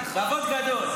כבוד גדול.